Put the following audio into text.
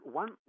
one